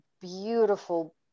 beautiful